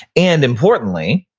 and importantly,